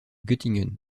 göttingen